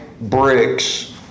bricks